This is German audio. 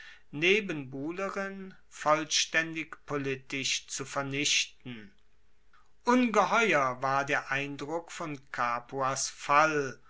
nebenbuhlerin vollstaendig politisch zu vernichten ungeheuer war der eindruck von capuas fall